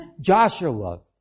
Joshua